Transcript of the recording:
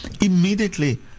immediately